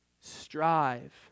strive